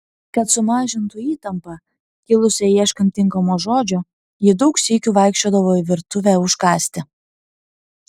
kad sumažintų įtampą kilusią ieškant tinkamo žodžio ji daug sykių vaikščiodavo į virtuvę užkąsti